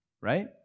right